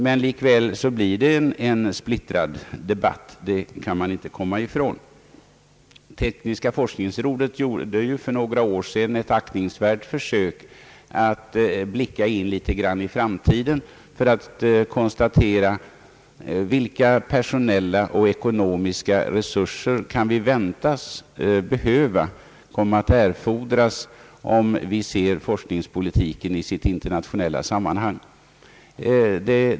Men likväl blir det en splittrad debatt, det kan man inte komma ifrån. Tekniska forskningsrådet gjorde ju för några år sedan ett aktningsvärt försök att en smula blicka in i framtiden för att konstatera, vilka personella och ekonomiska resurser som vi kan vänta kommer att erfordras om vi ser forskningspolitiken i dess internationella sammanhang.